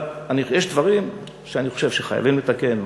אבל יש דברים שאני חושב שחייבים לתקן,